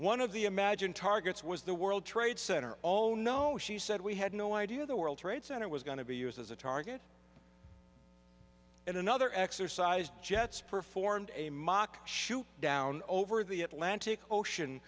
one of the imagine targets was the world trade center all no she said we had no idea the world trade center was going to be used as a target in another exercise jets performed a mock shoot down over the atlantic ocean